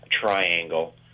triangle